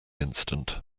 incident